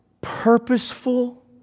purposeful